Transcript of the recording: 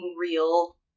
real